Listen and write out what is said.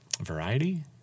variety